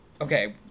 okay